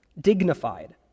dignified